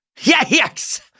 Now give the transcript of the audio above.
yes